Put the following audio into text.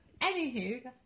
Anywho